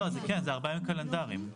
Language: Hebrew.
ארבעה ימים קלנדרים.